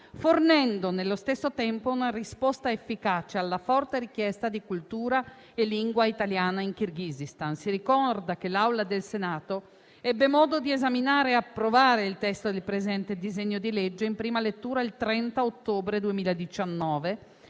fornendo nello stesso tempo una risposta efficace alla forte richiesta di cultura e lingua italiana in Kirghizistan. Si ricorda che l'Assemblea del Senato ebbe modo di esaminare e approvare il testo del presente disegno di legge, in prima lettura, il 30 ottobre 2019.